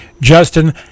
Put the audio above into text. Justin